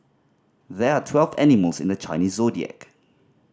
there are twelve animals in the Chinese Zodiac